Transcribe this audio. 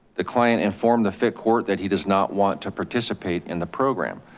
the client informed the fit court that he does not want to participate in the program.